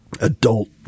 adult